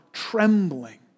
trembling